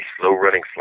slow-running